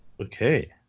okay